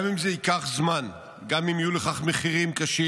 גם אם זה ייקח זמן, גם אם יהיו לכך מחירים קשים,